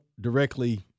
directly